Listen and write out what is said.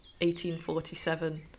1847